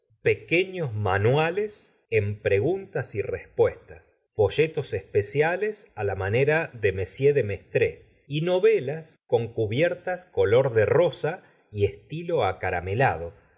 pequeños manuales en pre guntas y respuestas folletos especiales á la manera d e m de aistre y novelas con cubiertas color de rosa y estilo acaramelado